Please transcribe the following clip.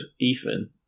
ethan